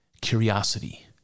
curiosity